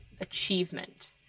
achievement